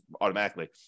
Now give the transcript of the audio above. automatically